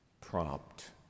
prompt